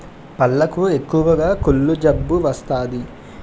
పళ్లకు ఎక్కువగా కుళ్ళు జబ్బు వస్తాది